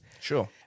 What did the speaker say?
Sure